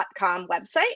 website